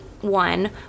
one